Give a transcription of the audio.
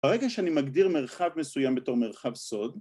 ‫ברגע שאני מגדיר מרחב מסוים ‫בתור מרחב סוד...